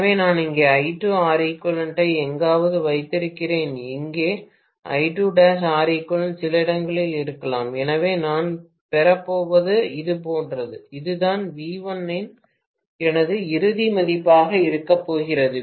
எனவே நான் இங்கே I2Req ஐ எங்காவது வைத்திருக்கிறேன் இங்கே I'2Req சில இடங்களில் இருக்கலாம் எனவே நான் பெறப்போவது இது போன்றது இதுதான் V1 இன் எனது இறுதி மதிப்பாக இருக்கப்போகிறது